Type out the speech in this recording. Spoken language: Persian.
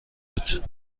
بود